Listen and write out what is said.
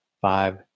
five